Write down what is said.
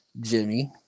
Jimmy